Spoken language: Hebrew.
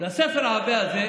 זה הספר העבה הזה.